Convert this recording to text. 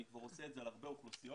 אני כבר עושה את זה על הרבה אוכלוסיות.